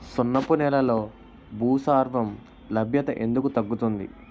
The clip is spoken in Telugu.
సున్నపు నేలల్లో భాస్వరం లభ్యత ఎందుకు తగ్గుతుంది?